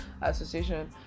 association